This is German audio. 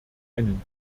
einen